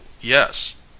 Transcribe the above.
yes